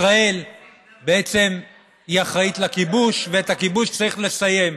ישראל בעצם אחראית לכיבוש, ואת הכיבוש צריך לסיים.